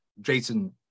Jason